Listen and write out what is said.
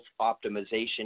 optimization